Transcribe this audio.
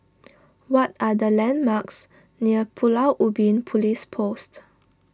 what are the landmarks near Pulau Ubin Police Post